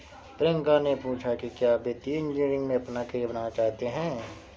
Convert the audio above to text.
प्रियंका ने पूछा कि क्या आप वित्तीय इंजीनियरिंग में अपना कैरियर बनाना चाहते हैं?